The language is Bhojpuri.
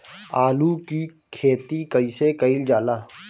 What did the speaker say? आलू की खेती कइसे कइल जाला?